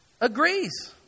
agrees